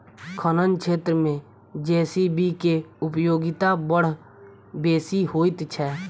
खनन क्षेत्र मे जे.सी.बी के उपयोगिता बड़ बेसी होइत छै